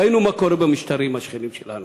ראינו מה קורה במשטרים השכנים שלנו.